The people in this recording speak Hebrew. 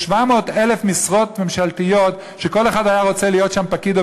יש 700,000 משרות ממשלתיות שכל אחד היה רוצה להיות שם פקיד או